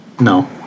No